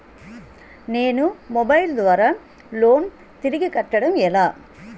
నేను మొబైల్ ద్వారా లోన్ తిరిగి కట్టడం ఎలా?